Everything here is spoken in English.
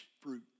Fruit